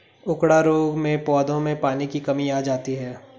उकडा रोग में पौधों में पानी की कमी आ जाती है